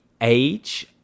age